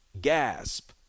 gasp